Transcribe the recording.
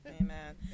Amen